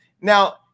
Now